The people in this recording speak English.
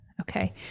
Okay